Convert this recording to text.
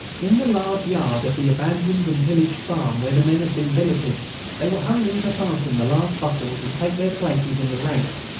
in the large yard of the abandoned and pillaged farm, where the men had been billeted they were hurrying to fasten the last buckles and take their places in the ranks.